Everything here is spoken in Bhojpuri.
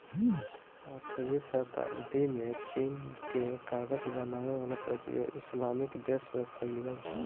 आठवीं सताब्दी में चीन के कागज बनावे वाला प्रक्रिया इस्लामिक देश में फईल गईल